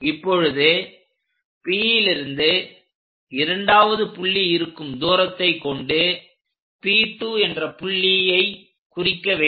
இப்பொழுது Pலிருந்து இரண்டாவது புள்ளி இருக்கும் தூரத்தை கொண்டு P2 என்ற புள்ளியை குறிக்க வேண்டும்